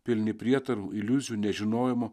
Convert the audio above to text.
pilni prietarų iliuzijų nežinojimo